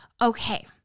Okay